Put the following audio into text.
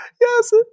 yes